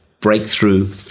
breakthrough